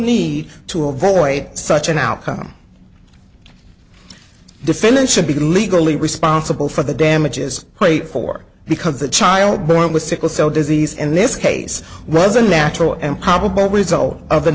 need to avoid such an outcome defendant should be legally responsible for the damages plate for because the child born with sickle cell disease and this case resin natural and probable result of the